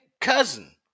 cousin